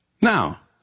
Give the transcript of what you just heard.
Now